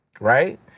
right